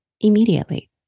immediately